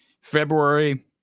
February